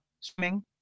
swimming